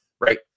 right